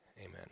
amen